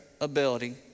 ability